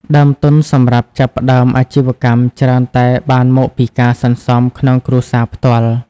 ដើមទុនសម្រាប់ចាប់ផ្តើមអាជីវកម្មច្រើនតែបានមកពីការសន្សំក្នុងគ្រួសារផ្ទាល់។